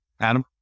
Adam